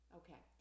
okay